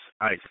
ICE